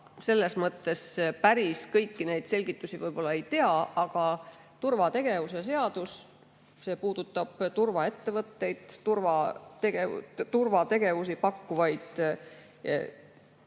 selles mõttes päris kõiki neid selgitusi ei tea. Aga turvategevuse seadus puudutab turvaettevõtteid, turvategevust pakkuvaid firmasid.